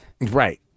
Right